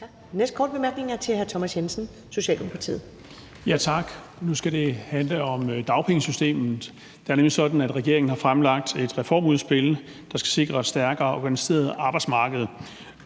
Næste korte bemærkning er til hr. Thomas Jensen, Socialdemokratiet. Kl. 11:34 Thomas Jensen (S): Tak. Nu skal det handle om dagpengesystemet. Det er nemlig sådan, at regeringen har fremlagt et reformudspil, der skal sikre et stærkere organiseret arbejdsmarked,